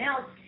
else